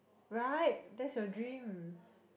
right that's your dream